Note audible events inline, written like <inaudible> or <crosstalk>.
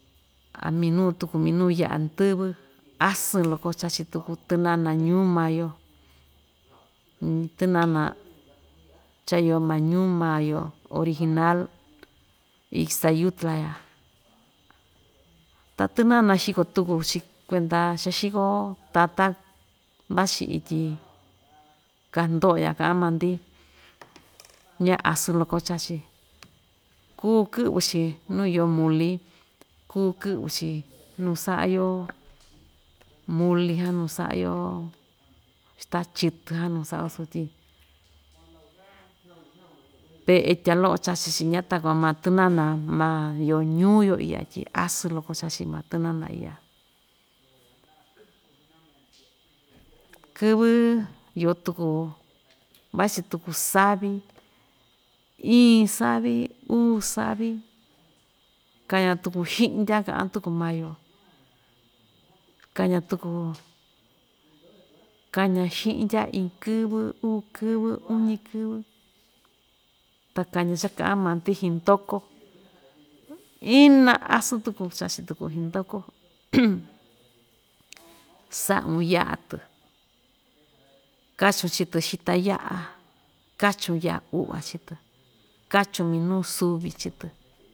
A minuu tuku, minuu yaꞌa ndɨvɨ asɨn loko chachi tuku tɨnana ñuu maa‑yo <hesitation> tɨnana chaa iyo maa ñuu maa‑yo original ixtayutla iya, ta tɨnana xiko tuku‑chi kuenda cha xiko tata vachi ityi kahandoꞌo ‑ya kaꞌan maa‑ndi ña asɨn loko chachi, kuu kɨꞌvi‑chi nuu iyo muli kuu kɨꞌvi‑chi nuu saꞌa‑yo mulihan nu saꞌayo xita chɨtɨha nuu saꞌa‑yo sotyi, peꞌe tya loꞌo chachi‑chi ña takuan maa tɨnana maa‑yo ñuu‑yo iya tyi asɨn loko chachi maa tɨnana iya kɨvɨ iyo tuku vachi tuku savi iin savi uu savi kaña tuku xɨꞌnya kaꞌa tuku maa‑yo kaña tuku, kaña xɨꞌndya iin kɨvɨ, uu kɨvɨ, uñi kɨvɨ, ta kaña cha kaꞌan maa‑di xindoko ina asɨn tuku cachi tuku xindoko <noise> saꞌun yaꞌa‑tɨ kachun chii‑tɨ xita yaꞌa kachun yaꞌa uꞌva chii‑tɨ kachun minuu suvi chii‑tɨ.